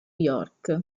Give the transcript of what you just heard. york